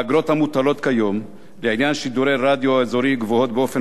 האגרות המוטלות כיום לעניין שידורי רדיו אזורי גבוהות באופן